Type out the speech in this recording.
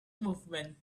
movement